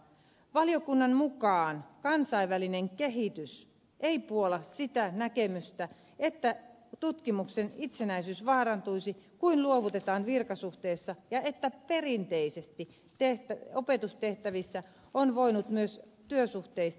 valiokunnan mukaan kansainvälinen kehitys ei puolla sitä näkemystä että tutkimuksen itsenäisyys vaarantuisi kun luovutaan virkasuhteista ja että perinteisesti opetustehtävissä on voinut myös työsuhteista